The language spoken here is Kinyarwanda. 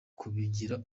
kubigira